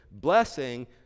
blessing